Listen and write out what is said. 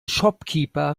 shopkeeper